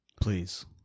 Please